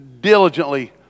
diligently